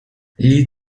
gli